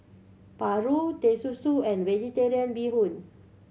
paru Teh Susu and Vegetarian Bee Hoon